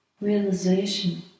realization